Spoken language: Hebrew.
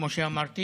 כמו שאמרתי